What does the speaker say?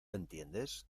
entiendes